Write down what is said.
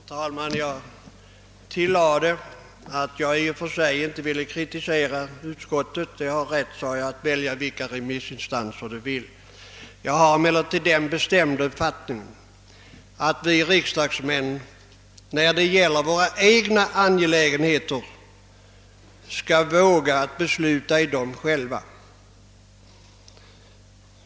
Herr talman! När jag talade om remissbehandlingen tillade jag att jag i och för sig inte ville kritisera utskottet; det har rätt, sade jag, att välja vilka remissinstanser det vill. Jag har emellertid den uppfattningen, att vi riksdagsmän när det gäller våra egna angelägenheter skall våga fatta besluten själva.